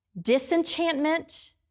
Disenchantment